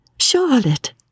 Charlotte